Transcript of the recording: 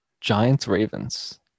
Giants-Ravens